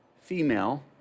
female